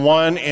one